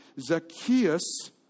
Zacchaeus